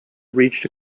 reached